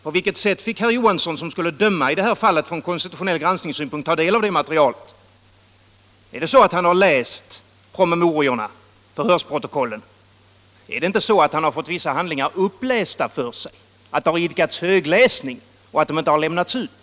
På vilket sätt fick herr Johansson, som skulle döma i det här fallet från konstitutionell granskningssynpunkt, ta del av det materialet? Har han läst promemoriorna och förhörsprotokollen? Är det inte så att han har fått vissa handlingar upplästa för sig, att det har idkats högläsning och att dokumenten inte har lämnats ut?